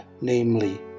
namely